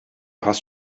hast